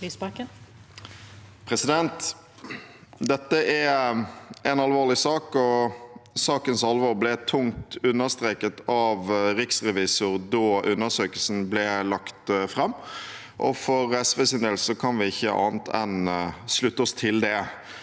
Dette er en al- vorlig sak. Sakens alvor ble tungt understreket av riks revisoren da undersøkelsen ble lagt fram, og for SVs del kan vi ikke annet enn å slutte oss til det.